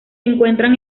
encuentran